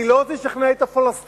אני לא רוצה לשכנע את הפלסטינים,